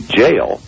jail